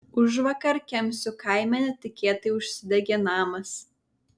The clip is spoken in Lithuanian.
užvakar kemsių kaime netikėtai užsidegė namas